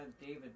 David